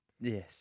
Yes